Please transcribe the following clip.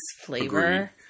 flavor